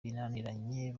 binaniranye